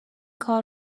کار